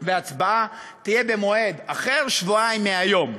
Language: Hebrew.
והצבעה יהיו במועד אחר, שבועיים מהיום.